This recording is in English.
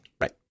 Right